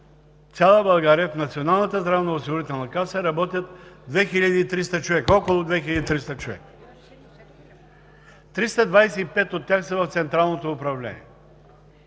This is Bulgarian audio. цяла България в Националната здравноосигурителна каса работят около 2300 човека, 325 от тях са в централното управление.